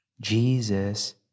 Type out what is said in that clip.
Jesus